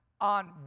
on